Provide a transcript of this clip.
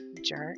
jerk